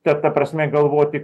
ta ta prasme galvoti